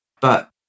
but-